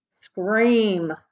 Scream